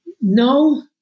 No